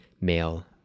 male